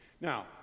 Now